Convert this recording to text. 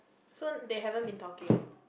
so they haven't been talking